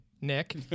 Nick